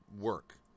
work